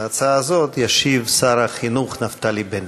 על ההצעה הזאת, ישיב שר החינוך נפתלי בנט.